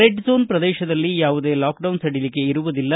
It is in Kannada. ರೆಡ್ ಝೋನ್ ಪ್ರದೇಶದಲ್ಲಿ ಯಾವುದೇ ಲಾಕ್ ಡೌನ್ ಸಡಿಲಿಕೆ ಇರುವುದಿಲ್ಲ